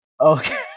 Okay